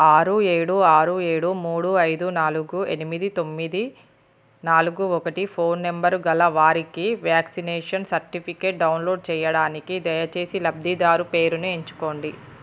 ఆరు ఏడు ఆరు ఏడు మూడు ఐదు నాలుగు ఎనిమిది తొమ్మిది నాలుగు ఒకటి ఫోన్ నంబర్ గల వారికి వ్యాక్సినేషన్ సర్టిఫికేట్ డౌన్లోడ్ చేయడానికి దయచేసి లబ్ధిదారు పేరుని ఎంచుకోండి